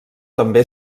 també